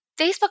Facebook